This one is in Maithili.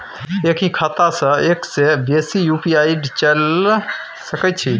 एक ही खाता सं एक से बेसी यु.पी.आई चलय सके छि?